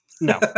No